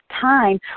time